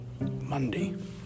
Monday